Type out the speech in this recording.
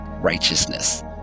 righteousness